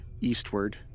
eastward